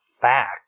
fact